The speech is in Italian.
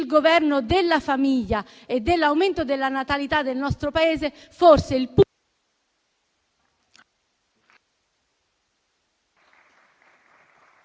Governo della famiglia e dell'aumento della natalità del nostro Paese, forse il punto*...